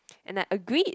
and I agreed